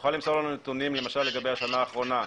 תוכל למסור לנו נתונים למשל לגבי השנה האחרונה,